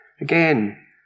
Again